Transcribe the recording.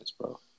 bro